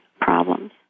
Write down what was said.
problems